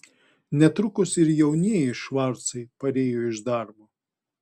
netrukus ir jaunieji švarcai parėjo iš darbo